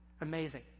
Amazing